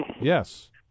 Yes